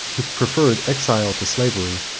who preferred exile to slavery,